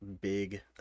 big